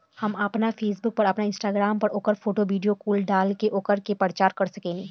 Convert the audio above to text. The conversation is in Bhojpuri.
हम आपना फेसबुक पर, आपन इंस्टाग्राम पर ओकर फोटो, वीडीओ कुल डाल के ओकरा के प्रचार कर सकेनी